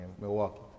Milwaukee